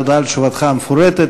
תודה על תשובתך המפורטת.